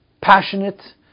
passionate